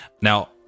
now